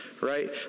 Right